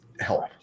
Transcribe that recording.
help